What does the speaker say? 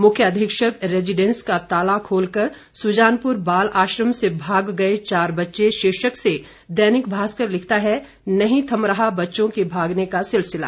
मुख्य अधीक्षक रेजीडेंस का ताला खोलकर सुजानपुर बाल आश्रम से भाग गए चार बच्चे शीर्षक से दैनिक भास्कर लिखता है नहीं थम रहा बच्चों के भागने का सिलसिला